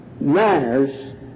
manners